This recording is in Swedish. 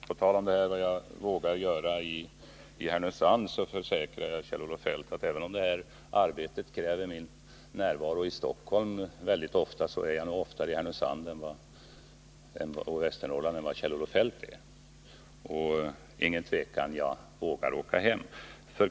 På tal om vad jag vågar göra i Härnösand försäkrar jag Kjell-Olof Feldt att även om det här arbetet i stor utsträckning kräver min närvaro i Stockholm, så är jag nog oftare i Härnösand och Västernorrland än vad Kjell-Olof Feldt är. Och det råder inget tvivel: Jag vågar åka hem.